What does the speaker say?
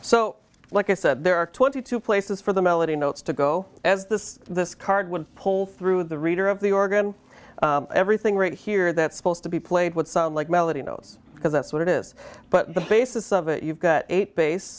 so like i said there are twenty two places for the melody notes to go as this this card would pull through the reader of the organ everything right here that's supposed to be played would sound like melody notes because that's what it is but the basis of it you've got eight bas